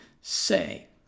say